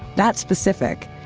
that specific,